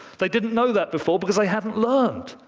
they didn't know that before, because they hadn't learned.